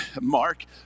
Mark